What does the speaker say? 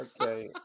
Okay